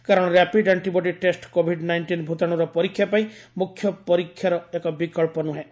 କାରଣ rapid antibody test Covid nineteen ଭୂତାଣୁର ପରୀକ୍ଷା ପାଇଁ ମୁଖ୍ୟ ପରୀକ୍ଷାର ଏକ ବିକଳ୍ପ ନୁହେଁ